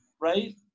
right